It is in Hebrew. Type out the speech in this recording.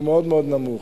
הוא מאוד מאוד נמוך.